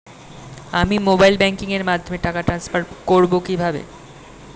আমি mobile banking এর মাধ্যমে টাকা টান্সফার করব কিভাবে?